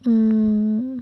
mm